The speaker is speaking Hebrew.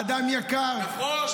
אדם יקר,